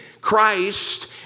Christ